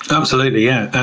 absolutely. yeah.